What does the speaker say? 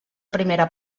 primera